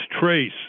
trace